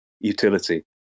utility